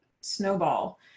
snowball